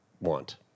want